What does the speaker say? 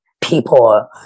people